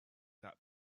that